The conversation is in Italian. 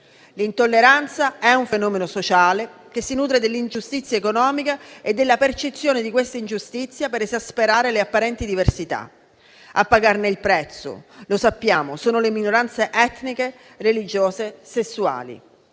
L'intolleranza è un fenomeno sociale, che si nutre dell'ingiustizia economica e della percezione di questa ingiustizia per esasperare le apparenti diversità. A pagarne il prezzo, lo sappiamo, sono le minoranze etniche, religiose, sessuali